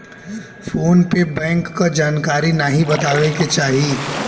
phone पे bank क जानकारी नाहीं बतावे के चाही